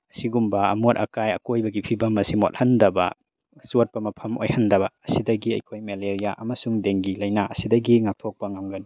ꯑꯁꯤꯒꯨꯝꯕ ꯑꯃꯣꯠ ꯑꯀꯥꯏ ꯑꯀꯣꯏꯕꯒꯤ ꯐꯤꯕꯝ ꯑꯁꯤ ꯃꯣꯠꯍꯟꯗꯕ ꯑꯆꯣꯠꯄ ꯃꯐꯝ ꯑꯣꯏꯍꯟꯗꯕ ꯑꯁꯤꯗꯒꯤ ꯑꯩꯈꯣꯏ ꯃꯦꯂꯦꯔꯤꯌꯥ ꯑꯃꯁꯨꯡ ꯗꯦꯡꯒꯤ ꯂꯥꯏꯅꯥ ꯑꯁꯤꯗꯒꯤ ꯉꯥꯛꯊꯣꯛꯄ ꯉꯝꯒꯅꯤ